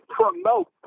promote